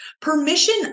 permission